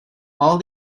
all